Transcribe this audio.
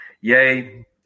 Yay